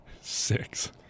Six